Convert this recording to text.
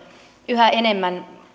yhä enemmän